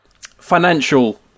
financial